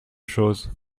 chose